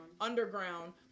underground